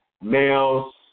males